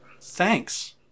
Thanks